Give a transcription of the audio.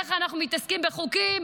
איך אנחנו מתעסקים בחוקים